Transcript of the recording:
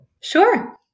Sure